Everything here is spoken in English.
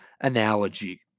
analogy